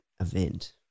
event